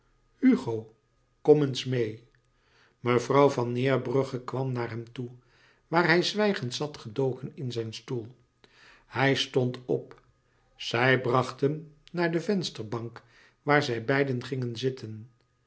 hugo kom eens meê mevrouw van neerbrugge kwam naar hem louis couperus metamorfoze toe waar hij zwijgend zat gedoken in zijn stoel hij stond op zij bracht hem naar de vensterbank waar zij beiden gingen zitten